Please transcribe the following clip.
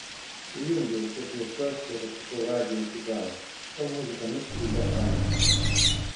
įjungiau visas šviesas ir atsukau radiją iki galo kol muzika nustelbė aimanas